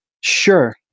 Sure